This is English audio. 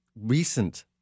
recent